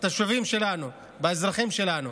בתושבים שלנו, באזרחים שלנו.